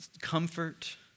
comfort